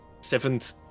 seventh